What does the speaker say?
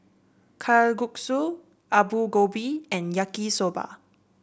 Kalguksu Alu Gobi and Yaki Soba